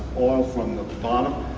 oil from the bottom.